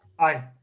i.